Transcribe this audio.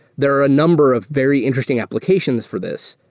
there are a number of very interesting applications for this.